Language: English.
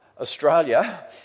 Australia